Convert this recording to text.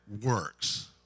works